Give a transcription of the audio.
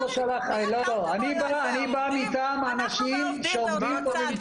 אני בא מטעם אנשים שעובדים פה --- אנחנו והעובדים באותו צד.